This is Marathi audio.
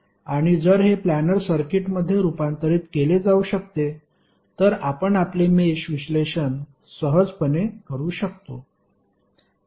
आणि जर हे प्लॅनर सर्किटमध्ये रूपांतरित केले जाऊ शकते तर आपण आपले मेष विश्लेषण सहजपणे करू शकतो